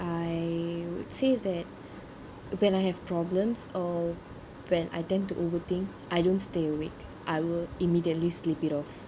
I would say that when I have problems or when I tend to overthink I don't stay awake I will immediately sleep it off